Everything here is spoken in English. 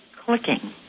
clicking